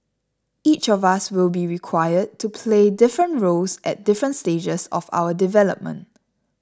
each of us will be required to play different roles at different stages of our development